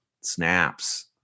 Snaps